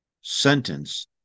sentence